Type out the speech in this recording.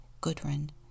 Gudrun